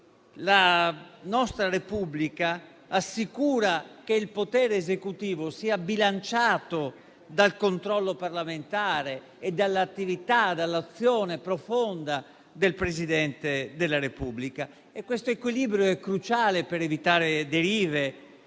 la nostra Repubblica assicura che il potere esecutivo sia bilanciato dal controllo parlamentare e dall'azione profonda del Presidente della Repubblica. Questo equilibrio è cruciale per evitare derive